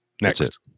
Next